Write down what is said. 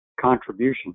contribution